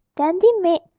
dandy made,